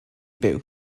byw